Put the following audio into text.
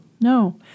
No